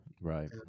Right